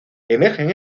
emergen